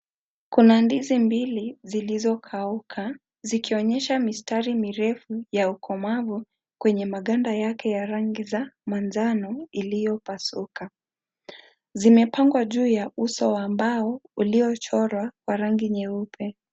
Kuna ndizi mbili zilizo kauka zikionyesha mistari mirefu ya ukomavu kwenye maganda yake ya rangi za manjano iliyopasuka. Zimewekwa juu ya uso wa mbao uliochorwa kwa rangi nyeupe.